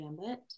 gambit